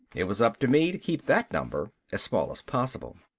it was up to me to keep that number as small as possible.